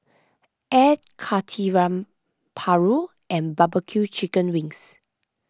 Air Karthira Paru and Barbecue Chicken Wings